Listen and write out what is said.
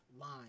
Line